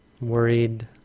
worried